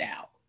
out